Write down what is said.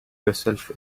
yourself